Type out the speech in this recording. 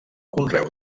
conreu